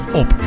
op